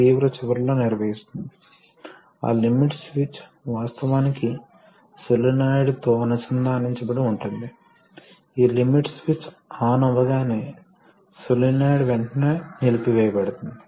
అందువల్ల అవి చల్లబడవు వాటిలోని గాలి బుడగలు తొలగించబడవు అందువల్ల ఒక బఫెల్ ఉంచబడుతుంది